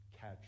catch